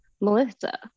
Melissa